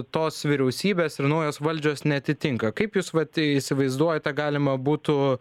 tos vyriausybės ir naujos valdžios neatitinka kaip jūs vat įsivaizduojate galima būtų